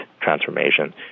transformation